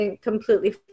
completely